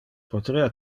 poterea